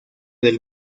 del